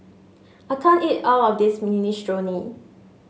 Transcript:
I can't eat all of this Minestrone